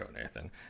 Nathan